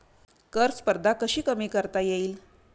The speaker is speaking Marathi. कर स्पर्धा कशी कमी करता येईल?